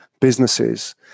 businesses